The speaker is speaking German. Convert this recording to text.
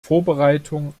vorbereitung